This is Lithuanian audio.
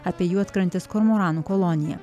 apie juodkrantės kormoranų koloniją